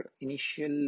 initial